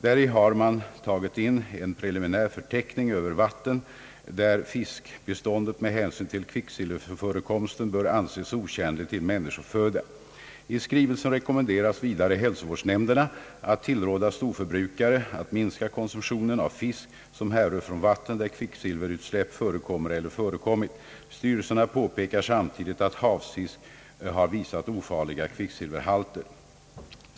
Däri har man tagit in en preliminär förteckning över vatten där fiskbeståndet med hänsyn till kvicksilverförekomsten bör anses otjänligt till människoföda. I skrivelsen rekommenderades vidare hälsovårdsnämnderna att tillråda storförbrukare att minska konsumtionen av fisk, som härrör från vatten, där kvicksilverutsläpp förekommer eller förekommit. Styrelserna påpekar samtidigt att havsfisk har visat ofarliga kvicksilverhalter.